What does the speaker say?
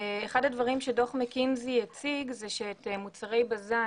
אחד הדברים שדוח מקינזי הציג זה שאת מוצרי בז"ן,